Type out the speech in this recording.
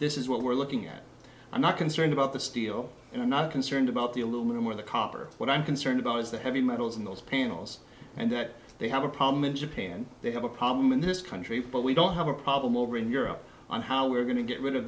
this is what we're looking at i'm not concerned about the steel and i'm not concerned about the aluminum or the copper what i'm concerned about is the heavy metals in those panels and that they have a problem in japan they have a problem in this country but we don't have a problem over in europe on how we're going to get rid of